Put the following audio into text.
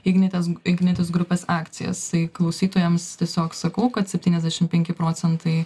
ignitis ignitis grupės akcijas klausytojams tiesiog sakau kad septyniasdešim penki procentai